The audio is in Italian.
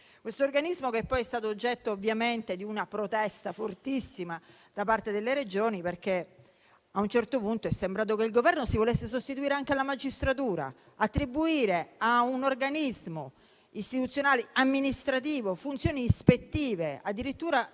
Questo organismo è stato oggetto poi di una protesta fortissima da parte delle Regioni perché, a un certo punto, è sembrato che il Governo si volesse sostituire anche alla magistratura. Si sono attribuite a un organismo istituzionale amministrativo funzioni ispettive, prevedendo